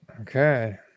Okay